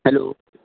hello